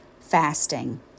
fasting